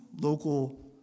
local